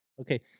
Okay